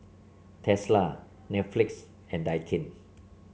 Tesla Netflix and Daikin